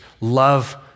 Love